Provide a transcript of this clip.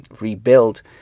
rebuild